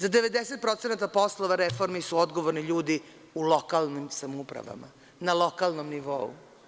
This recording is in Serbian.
Za 90% poslova reformi su odgovorni ljudi u lokalnim samoupravama, na lokalnom nivou.